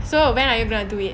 so when are you going to do it